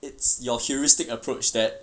it's your heuristic approach that